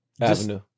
Avenue